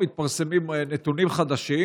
מתפרסמים נתונים חדשים